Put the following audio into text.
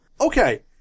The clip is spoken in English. okay